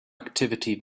activity